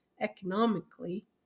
economically